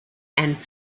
and